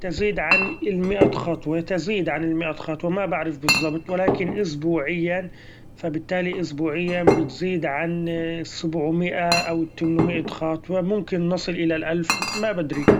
تزيد عن المائة خطوة تزيد عن المائة خطوة ما بعرف بالظبط، ولكن اسبوعيا فبالتالي اسبوعيا بتزيد عن سبعمائة أو تمنمائة خطوة ممكن نصل الى الالف ما بدري!